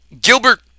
Gilbert